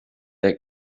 they